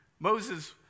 Moses